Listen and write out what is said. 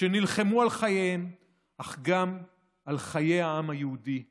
שנלחמו על חייהם אך גם על חיי העם היהודי כולו,